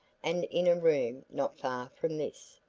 and in a room not far from this.